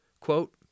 Quote